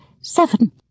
seven